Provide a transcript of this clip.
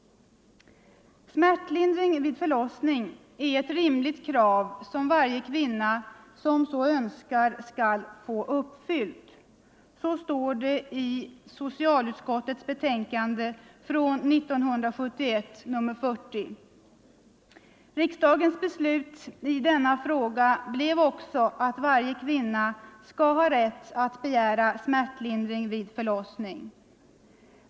”Smärtlindring vid förlossning är ett rimligt krav som varje kvinna som så önskar skall få uppfyllt.” Så står det i socialutskottets betänkande från 1971, nr 40. Riksdagens beslut i denna fråga blev också att varje kvinna skall ha rätt att begära smärtlindring vid förlossning.